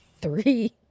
three